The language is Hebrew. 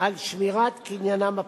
על שמירת קניינם הפרטי.